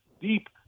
deep